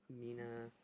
Mina